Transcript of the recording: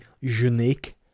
unique